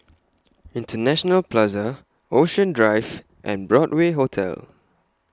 International Plaza Ocean Drive and Broadway Hotel